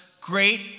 great